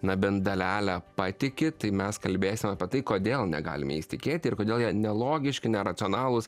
na bent dalele patikit tai mes kalbėsim apie tai kodėl negalim jais tikėti ir kodėl jie nelogiški neracionalūs